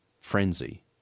frenzy